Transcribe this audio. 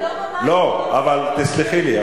תסלחי לי,